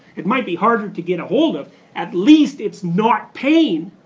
it might be harder to get a hold of at least it's not pain.